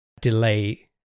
delay